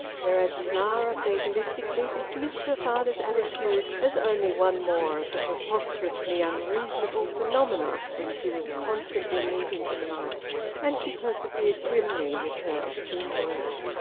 whereas clara fatalistically dismissed her father's attitude as only one more of the preposterously unreasonable phenomena which she was constantly meeting in life and she persevered grimly with her obscene word.